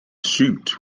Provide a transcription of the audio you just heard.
shoot